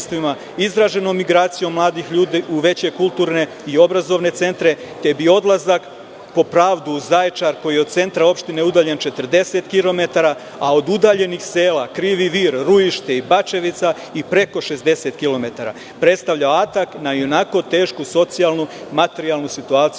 izraženom migracijom mladih ljudi u veće kulturne i obrazovne centre, pa bi odlazaka po pravdu Zaječar, koji je od centra opštine udaljen 40 kilometara, a od udaljenih sela Krivi Vir, Ruište i Bačevica i preko 60 kilometara, predstavljao atak na ionako tešku socijalnu, materijalnu situaciju